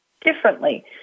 differently